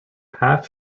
half